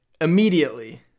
immediately